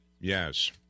Yes